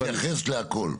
אבל --- תומר יתייחס להכול.